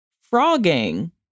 frogging